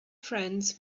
friends